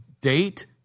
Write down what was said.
date